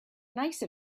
nice